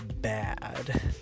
bad